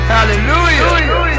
Hallelujah